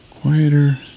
quieter